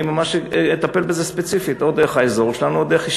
אני ממש אטפל בזה ספציפית: או דרך האזור שלנו או דרך,